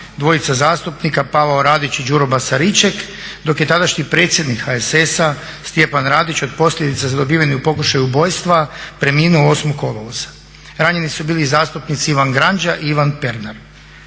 dvojica zastupnika Pavao Radić i Đuro Basariček, dok je tadašnji predsjednik HSS-a Stjepan Radić od posljedica zadobivenih u pokušaju ubojstva preminuo 8.kolovoza. ranjeni su bili i zastupnici Ivan Granđa i Ivan Pernar.